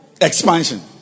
Expansion